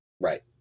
Right